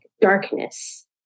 darkness